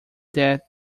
that